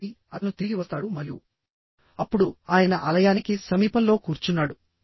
కాబట్టి అతను తిరిగి వస్తాడు మరియు అప్పుడు ఆయన ఆలయానికి సమీపంలో కూర్చున్నాడు